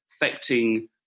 affecting